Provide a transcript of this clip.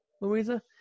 Louisa